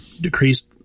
decreased